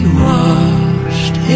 washed